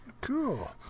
cool